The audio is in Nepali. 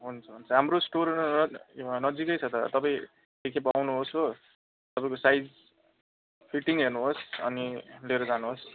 हुन्छ हुन्छ हाम्रो स्टोर नजिकै छ त तपाईँ एकखेप आउनुहोस् हो तपाईँको साइज फिटिङ हेर्नुहोस् अनि लिएर जानुहोस्